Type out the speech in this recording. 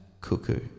Cuckoo